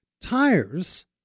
tires